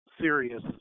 serious